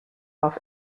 off